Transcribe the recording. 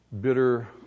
bitter